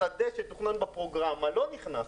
השדה שתוכנן בפרוגרמה לא נכנס.